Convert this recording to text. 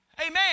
Amen